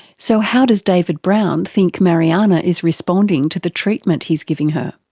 so how does david brown think mariana is responding to the treatment he's giving her?